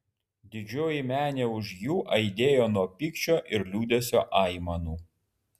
didžioji menė už jų aidėjo nuo pykčio ir liūdesio aimanų